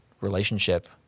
relationship